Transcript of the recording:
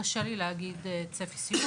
קשה לי להגיד צפי סיום.